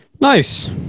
Nice